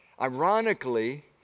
ironically